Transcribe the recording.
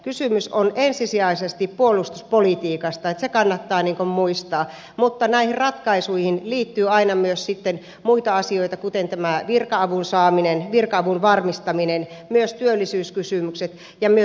kysymys on ensisijaisesti puolustuspolitiikasta se kannattaa muistaa mutta näihin ratkaisuihin liittyy aina myös sitten muita asioita kuten tämä virka avun saaminen virka avun varmistaminen myös työllisyyskysymykset ja myös aluepolitiikka